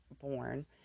born